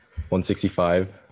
165